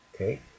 Okay